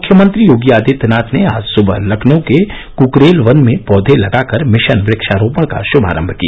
मुख्यमंत्री योगी आदित्यनाथ ने आज सुबह लखनऊ के कुकरेल वन में पौधे लगाकर मिशन वृक्षारोपण का शुभारंभ किया